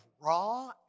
raw